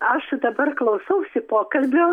aš dabar klausausi pokalbio